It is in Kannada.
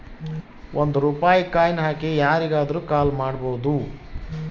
ಒಂದ್ ರೂಪಾಯಿ ಕಾಯಿನ್ ಹಾಕಿ ಯಾರಿಗಾದ್ರೂ ಕಾಲ್ ಮಾಡ್ಬೋದು